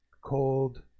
cold